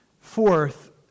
Fourth